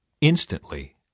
Instantly